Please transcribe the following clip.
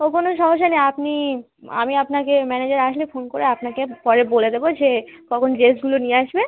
ও কোনো সমস্যা নেই আপনি আমি আপনাকে ম্যানেজার আসলে ফোন করে আপনাকে পরে বলে দেবো যে কখন ড্রেসগুলো নিয়ে আসবে